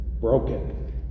broken